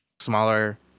smaller